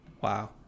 Wow